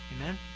Amen